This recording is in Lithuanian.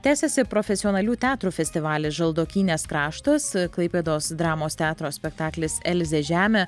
tęsiasi profesionalių teatrų festivalis žaldokynės kraštas klaipėdos dramos teatro spektaklis elzės žemė